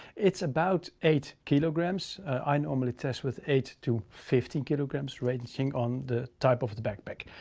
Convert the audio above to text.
it's about eight kilograms i normally test with eight to fifteen kilograms ranging on the type of the backpack.